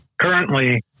currently